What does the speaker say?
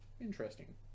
Interesting